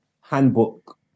handbook